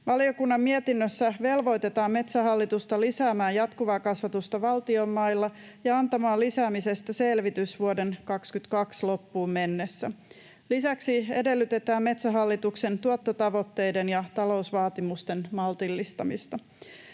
Valiokunnan mietinnössä velvoitetaan metsähallitusta lisäämään jatkuvaa kasvatusta valtion mailla ja antamaan lisäämisestä selvitys vuoden 22 loppuun mennessä. Lisäksi edellytetään Metsähallituksen tuottotavoitteiden ja talousvaatimusten maltillistamista.